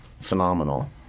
phenomenal